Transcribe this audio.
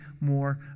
more